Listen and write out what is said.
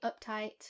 uptight